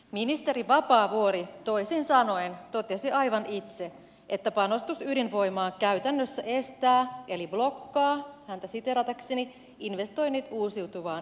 ministeri vapaavuori toisin sanoen totesi aivan itse että panostus ydinvoimaan käytännössä estää eli blokkaa häntä siteeratakseni investoinnit uusiutuvaan energiaan